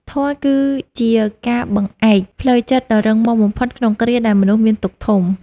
ធម៌គឺជាបង្អែកផ្លូវចិត្តដ៏រឹងមាំបំផុតក្នុងគ្រាដែលមនុស្សមានទុក្ខធំ។